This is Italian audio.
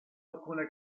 alcune